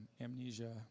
Amnesia